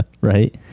Right